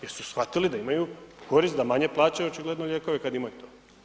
Jer su shvatili da imaju korist, da manje plaćaju očigledno lijekove kad imaju to.